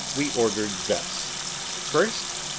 we ordered thus first,